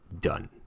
done